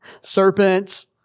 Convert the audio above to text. serpents